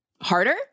harder